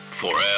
Forever